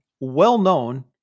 well-known